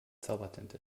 zaubertinte